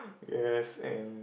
yes and